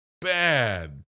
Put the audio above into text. bad